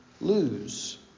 lose